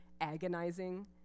agonizing